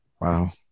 Wow